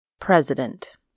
President